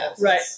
right